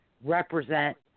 represent